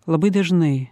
labai dažnai